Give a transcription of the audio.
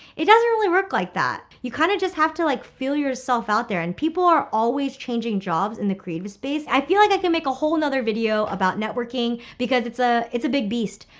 it doesn't really work like that. you kind of just have to like feel yourself out there. and people are always changing jobs in the creative space. i feel like i can make a whole another video about networking because it's ah it's a big beast.